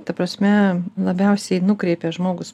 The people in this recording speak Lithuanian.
ta prasme labiausiai nukreipia žmogus